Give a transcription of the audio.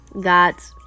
got